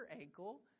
ankle